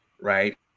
right